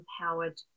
empowered